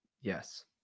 yes